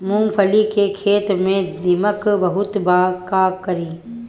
मूंगफली के खेत में दीमक बहुत बा का करी?